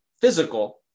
physical